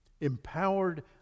Empowered